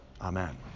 Amen